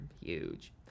huge